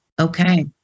okay